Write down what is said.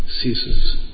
ceases